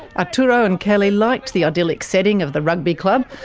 arturo and kelly liked the idyllic setting of the rugby club,